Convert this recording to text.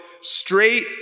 straight